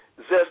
zest